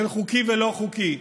בין חוקי ולא חוקי,